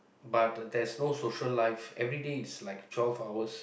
but there's no social life every day it's like twelve hours